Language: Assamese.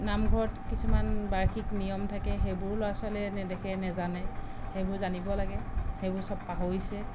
নামঘৰত কিছুমান বাৰ্ষিক নিয়ম থাকে সেইবোৰো ল'ৰা ছোৱালীয়ে নেদেখে নেজানে সেইবোৰ জানিব লাগে সেইবোৰ চব পাহৰিছে